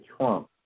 Trump